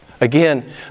Again